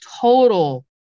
total